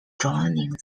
joining